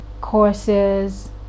courses